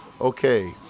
okay